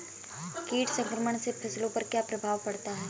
कीट संक्रमण से फसलों पर क्या प्रभाव पड़ता है?